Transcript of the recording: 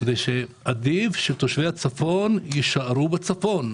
שעדיף שתושבי הצפון יישארו בצפון,